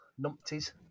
numpties